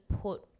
put